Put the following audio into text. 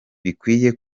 bikwiye